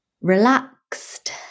relaxed